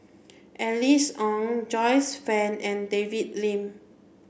Alice Ong Joyce Fan and David Lim